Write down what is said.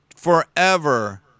forever